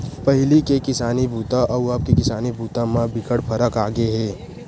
पहिली के किसानी बूता अउ अब के किसानी बूता म बिकट फरक आगे हे